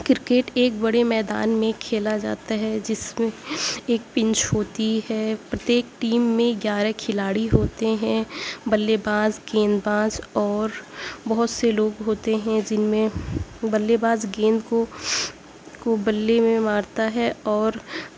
cricket ایک بڑے میدان میں کھیلا جاتا ہے جس میں ایک پنچ ہوتی ہے پرتیک ٹیم میں گیارہ کھلاڑی ہوتے ہیں بلے باز گیند باز اور بہت سے لوگ ہوتے ہیں جن میں بلے باز گیند کو کو بے میں مارتا ہے اور